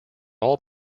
all